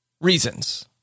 Reasons